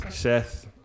Seth